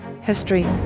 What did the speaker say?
history